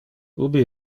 ubi